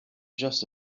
just